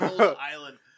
Island